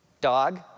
Dog